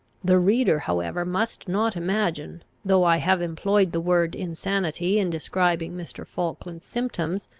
the reader however must not imagine, though i have employed the word insanity in describing mr. falkland's symptoms,